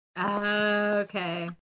Okay